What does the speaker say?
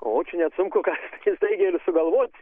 o čia net sunku ką staigiai ir sugalvoti